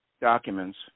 documents